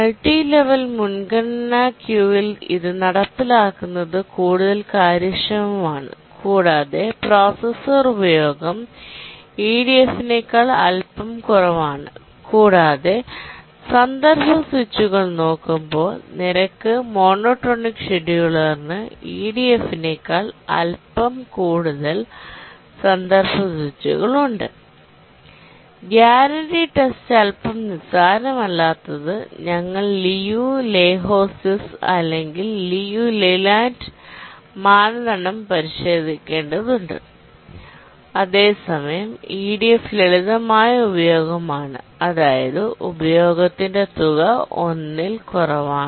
multi level മുൻഗണനാ ക്യൂവിൽ ഇത് നടപ്പിലാക്കുന്നത് കൂടുതൽ കാര്യക്ഷമമാണ് കൂടാതെ പ്രോസസർ ഉപയോഗം ഇഡിഎഫിനേക്കാൾ അല്പം കുറവാണ് കൂടാതെ സന്ദർഭ സ്വിച്ചുകൾ നോക്കുമ്പോൾ നിരക്ക് മോണോടോണിക് ഷെഡ്യൂളറിന് ഇഡിഎഫിനേക്കാൾ അല്പം കൂടുതൽ സന്ദർഭ സ്വിച്ചുകൾ ഉണ്ട് ഗ്യാരണ്ടി ടെസ്റ്റ് അല്പം നിസ്സാരമല്ലാത്തത് ഞങ്ങൾ ലിയു ലെഹോസ്കിസ് അല്ലെങ്കിൽ ലിയു ലെയ്ലാൻഡ് മാനദണ്ഡം പരിശോധിക്കേണ്ടതുണ്ട് അതേസമയം ഇഡിഎഫ് ലളിതമായ ഉപയോഗമാണ് അതായത് ഉപയോഗത്തിന്റെ തുക 1 ൽ കുറവാണ്